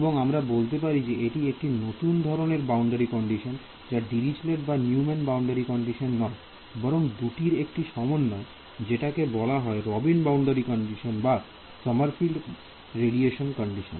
এবং আমরা বলতে পারি যে এটি একটি নতুন ধরনের বাউন্ডারি কন্ডিশন যা দিরিচলেট বা নিউম্যান বাউন্ডারি কন্ডিশন নয় বরং দুটির একটি সমন্বয় যেটাকে বলা হয় রবিন বাউন্ডারি কন্ডিশন বা সমারফিল্ড রেডিয়েশন কন্ডিশন